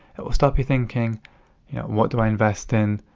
it'll stop you thinking what do i invest in,